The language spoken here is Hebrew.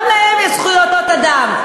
גם להם יש זכויות אדם,